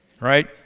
right